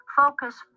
focus